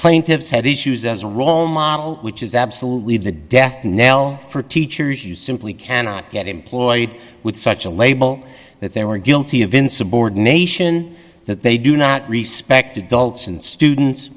plaintiffs had issues as a role model which is absolutely the death knell for teachers you simply cannot get employed with such a label that they were guilty of insubordination that they do not respect adults and students